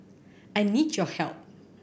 I need your help